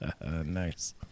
Nice